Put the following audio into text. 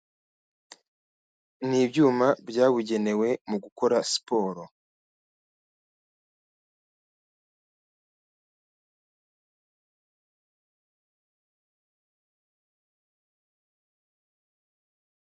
Ni Ibyuma byabugenewe mu gukora siporo.